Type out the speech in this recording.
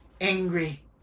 angry